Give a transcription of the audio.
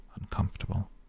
uncomfortable